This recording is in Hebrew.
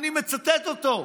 אני מצטט אותו.